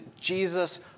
Jesus